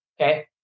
Okay